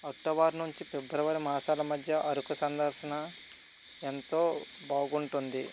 October నుంచి February మాసాల మధ్య అరకు సందర్శన ఎంతో బాగుంటుంది